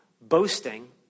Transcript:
boasting